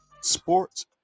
sports